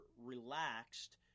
relaxed